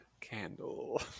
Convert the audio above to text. candle